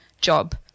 job